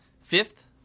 Fifth